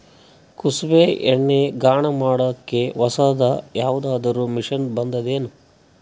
ಕುಸುಬಿ ಎಣ್ಣೆ ಗಾಣಾ ಮಾಡಕ್ಕೆ ಹೊಸಾದ ಯಾವುದರ ಮಷಿನ್ ಬಂದದೆನು?